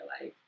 life